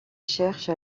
cherche